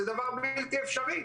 זה דבר בלתי אפשרי.